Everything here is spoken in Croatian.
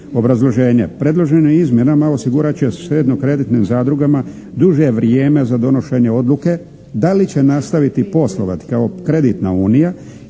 Obrazloženje, predloženim izmjenama osigurat će štedno-kreditnim zadrugama duže vrijeme za donošenje odluke da li će nastaviti poslovati kao kreditna unija